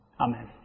Amen